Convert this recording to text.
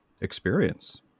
experience